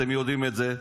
אתם יודעים את זה,